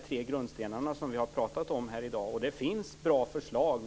tre grundstenarna. Det finns bra förslag.